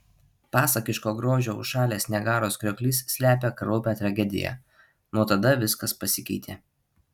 pasakiško grožio užšalęs niagaros krioklys slepia kraupią tragediją nuo tada viskas pasikeitė